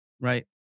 right